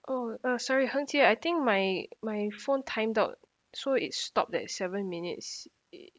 oh uh sorry heng jie ah I think my my phone timed out so it stopped at seven minutes uh